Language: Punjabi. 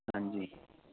ਹਾਂਜੀ